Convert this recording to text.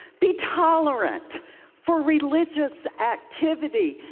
be tolerant for religious activity,